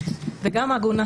ואני גם עגונה.